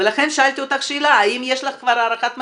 לכן שאלתי אותך אם יש לך כבר הערכת מצב,